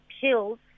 pills